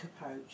approach